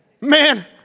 Man